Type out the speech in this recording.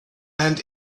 and